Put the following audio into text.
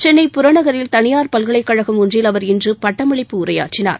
சென்னை புறநகரில் தளியார் பல்கலைக் கழகம் ஒன்றில் அவர் இன்று பட்டமளிப்பு உரையாற்றினார்